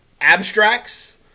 abstracts